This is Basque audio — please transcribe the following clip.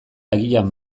agian